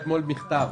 מכתב,